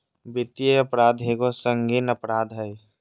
वित्तीय अपराध एगो संगीन अपराध हइ